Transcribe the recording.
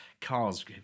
cars